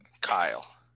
Kyle